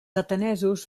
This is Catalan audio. atenesos